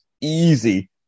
Easy